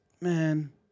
man